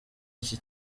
iki